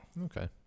Okay